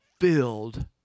filled